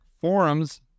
Forum's